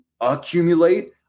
accumulate